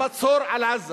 המצור על עזה